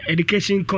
Education